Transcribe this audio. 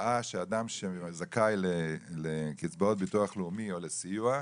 התופעה של אדם שזכאי לקצבאות ביטוח לאומי או לסיוע,